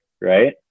Right